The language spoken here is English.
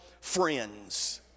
friends